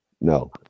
no